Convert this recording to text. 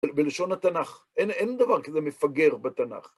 בלשון התנ"ך, אין דבר כזה מפגר בתנ"ך.